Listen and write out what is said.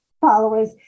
followers